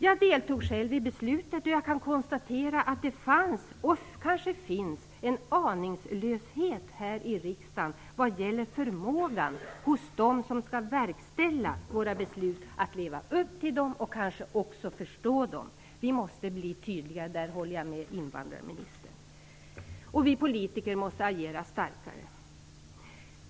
Jag deltog själv i beslutet, och jag kan konstatera att det fanns och kanske finns en aningslöshet här i riksdagen vad gäller förmågan hos dem som skall verkställa våra beslut att leva upp till dem och kanske också förstå dem. Vi politiker måste bli tydligare - där håller jag med invandrarministern - och vi måste agera starkare.